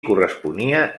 corresponia